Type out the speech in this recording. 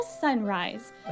sunrise